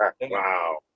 Wow